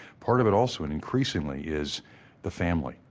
part of it also, and increasingly, is the family.